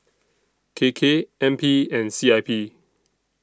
K K N P and C I P